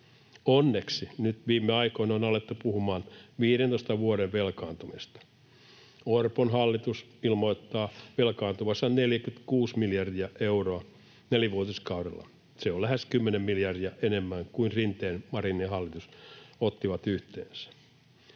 Onneksi nyt viime aikoina on alettu puhumaan 15 vuoden velkaantumisesta. Orpon hallitus ilmoittaa velkaantuvansa 46 miljardia euroa nelivuotiskaudella. Se on lähes 10 miljardia enemmän kuin Rinteen ja Marinin hallitukset ottivat yhteensä.